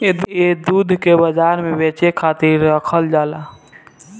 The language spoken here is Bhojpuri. ए दूध के बाजार में बेचे खातिर राखल जाला